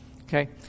okay